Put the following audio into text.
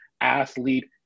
athlete